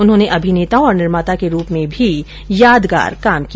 उन्होंने अभिनेता और निर्माता के रूप में भी यादगार काम किया